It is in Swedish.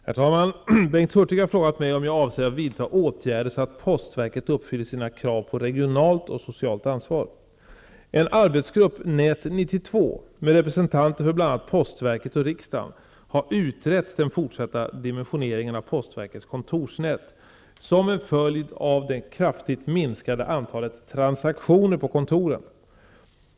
Herr talman! Bengt Hurtig har frågat mig om jag avser att vidta åtgärder så att postverket uppfyller sina krav på regionalt och socialt ansvar. En arbetsgrupp, Nät 92, med representanter för bl.a. postverket och riksdagen, har utrett den fortsatta dimensioneringen av postverkets kontorsnät som en följd av det kraftigt minskande antalet transaktioner på kontoren.